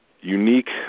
unique